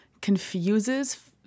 confuses